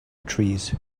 trees